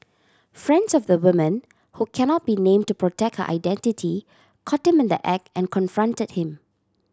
friends of the woman who cannot be name to protect her identity caught him in the act and confronted him